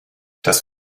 das